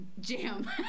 Jam